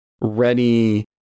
ready